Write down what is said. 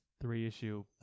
three-issue